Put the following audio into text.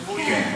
גבולי.